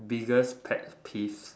biggest pet peeve